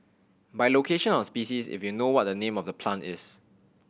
by location or species if you know what the name of the plant is